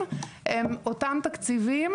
שהתקציבים אותם תקציבים,